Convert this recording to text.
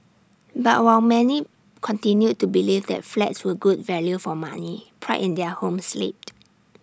but while many continued to believe that flats were good value for money pride in their homes slipped